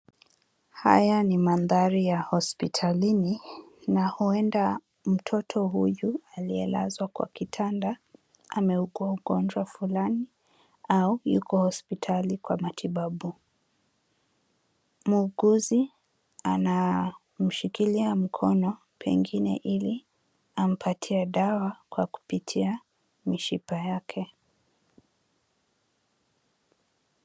Haya ni mandhari ya hospitalini na huenda mtoto huyu, aliyelazwa kwa kitanda, ameugua ugonjwa fulani au yuko hospitalini kwa matibabu. Muguzi anamshikilia mkono, pengine ili ampatie dawa kupitia mishipa yake.